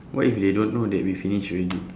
what if they don't know that we finish already